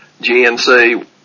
GNC